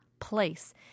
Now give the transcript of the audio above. place